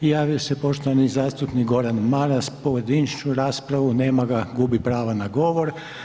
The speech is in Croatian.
I javio se poštovani zastupnik Gordan Maras, pojedinačnu raspravu, nema ga, gubi pravo na govor.